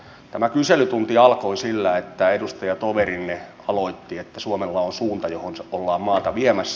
tämä kyselytunti alkoi sillä että edustajatoverinne aloitti että suomella on suunta johon ollaan maata viemässä